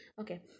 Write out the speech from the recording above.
okay